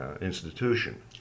institution